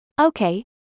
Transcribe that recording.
okay